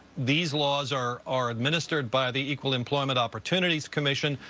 these laws are are administered by the equal employment opportunities commission.